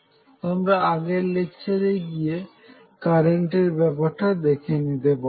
তোমরা আগের লেকচার এ গিয়ে কারেন্টের ব্যাপারটা দেখে নিতে পারো